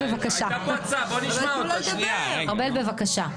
ארבל, בבקשה.